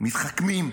מתחכמים.